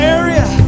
area